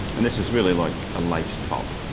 and this is really like a lace top.